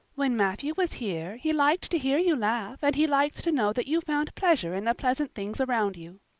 when matthew was here he liked to hear you laugh and he liked to know that you found pleasure in the pleasant things around you,